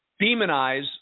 demonize